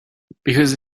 because